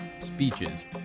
speeches